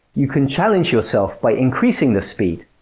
you can challenge yourself by increasing the speed.